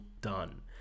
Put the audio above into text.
done